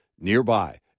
nearby